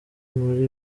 muri